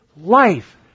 life